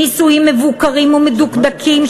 ניסויים מבוקרים ומדוקדקים,